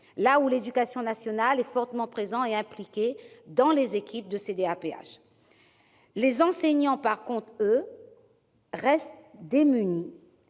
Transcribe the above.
là où l'éducation nationale est fortement présente et impliquée dans les équipes des CDAPH. En revanche, les enseignants, eux, restent démunis